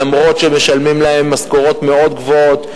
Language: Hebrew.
אף-על-פי שמשלמים להם משכורות מאוד גבוהות.